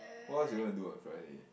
what else you gonna do on Friday